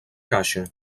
caixa